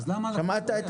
אז למה לקחו?